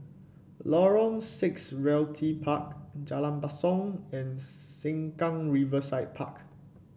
Lorong Six Realty Park Jalan Basong and Sengkang Riverside Park